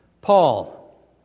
Paul